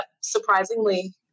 surprisingly